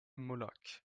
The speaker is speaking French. molac